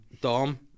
Dom